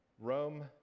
Rome